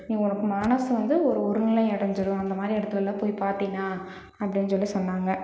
நீ உன் மனசு வந்து ஒரு ஒருநிலையடைஞ்சிரும் அந்த மாதிரி இடத்துலலாம் போய் பார்த்தீனா அப்படின்னு சொல்லி சொன்னாங்க